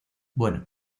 bueno